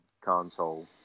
console